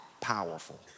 powerful